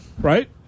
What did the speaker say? Right